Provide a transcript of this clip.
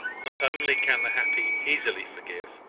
not only can the happy easily forgive,